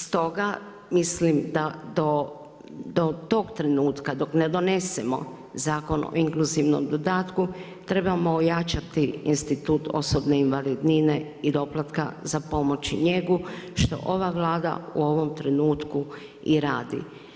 Stoga mislim da do tog trenutka dok ne donesemo zakon o inkluzivnom dodatku, treba ojačati institut osobne invalidnine i doplatka za pomoć i njegu što ova Vlada u ovom trenutku i radi.